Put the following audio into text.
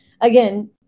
again